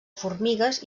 formigues